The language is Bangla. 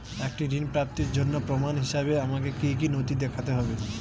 একটি ঋণ প্রাপ্তির জন্য প্রমাণ হিসাবে আমাকে কী কী নথি দেখাতে হবে?